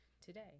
today